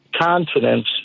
Confidence